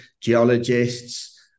geologists